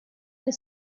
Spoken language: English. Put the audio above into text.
the